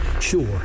Sure